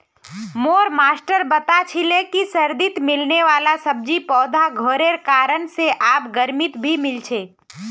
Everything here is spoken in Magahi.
मोर मास्टर बता छीले कि सर्दित मिलने वाला सब्जि पौधा घरेर कारण से आब गर्मित भी मिल छे